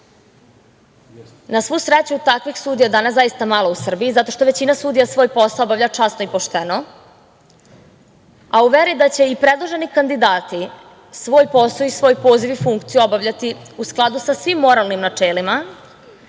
svu sreću, takvih sudija, danas zaista je malo u Srbiji, zato što većina sudija svoj posao obavlja časno i pošteno, a u veri da će i predloženi kandidati svoj posao, svoj poziv i funkciju obavljati u skladu sa svim moralnim načelima,